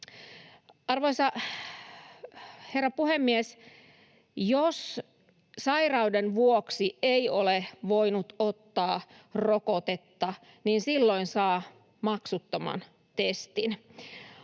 Arvoisa herra puhemies! Jos sairauden vuoksi ei ole voinut ottaa rokotetta, silloin saa maksuttoman testin.